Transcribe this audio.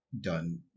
done